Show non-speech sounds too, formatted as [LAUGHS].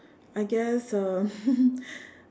I guess um [LAUGHS]